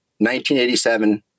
1987